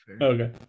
Okay